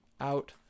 out